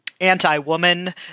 anti-woman